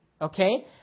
Okay